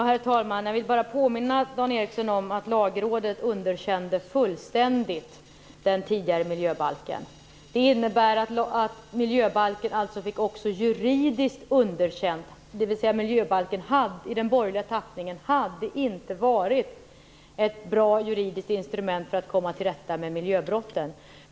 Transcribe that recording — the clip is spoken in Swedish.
Herr talman! Jag vill påminna Dan Ericsson om att Lagrådet fullständigt underkände det tidigare miljöbalksförslaget. Det innebär att miljöbalken också juridiskt fick underkänt, dvs. att miljöbalken i den borgerliga tappningen inte hade varit ett bra juridiskt instrument för att komma till rätta med miljöbrotten.